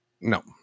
no